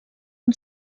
amb